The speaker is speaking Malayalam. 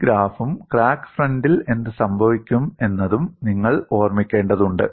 ഈ ഗ്രാഫും ക്രാക്ക് ഫ്രണ്ടിൽ എന്ത് സംഭവിക്കും എന്നതും നിങ്ങൾ നിർമ്മിക്കേണ്ടതുണ്ട്